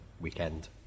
weekend